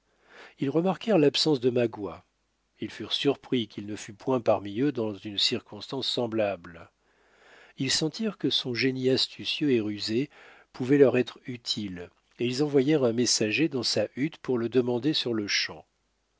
ils remarquèrent l'absence de magua ils furent surpris qu'il ne fût point parmi eux dans une circonstance semblable ils sentirent que son génie astucieux et rusé pouvait leur être utile et ils envoyèrent un messager dans sa hutte pour le demander sur-le-champ